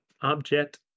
object